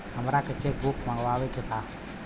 हमारा के cheque book मगावे के बा?